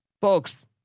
folks